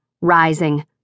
rising